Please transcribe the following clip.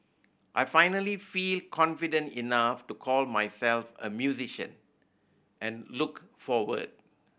I finally feel confident enough to call myself a musician and look forward